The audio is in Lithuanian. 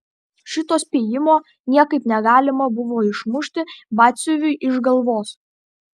šito spėjimo niekaip negalima buvo išmušti batsiuviui iš galvos